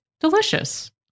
Delicious